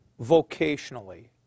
vocationally